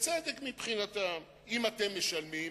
בצדק מבחינתם: אם אתם משלמים,